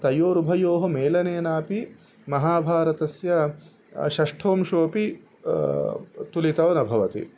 तयोरुभयोः मेलनेनापि महाभारतस्य षष्ठोंशोपि तुलितौ न भवति